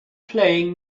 playing